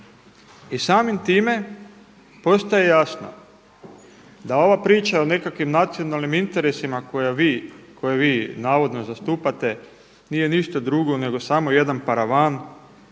i samim time postaje jasno da ova priča o nekakvim nacionalnim interesima koje vi navodno zastupate nije ništa drugo nego samo jedan paravan,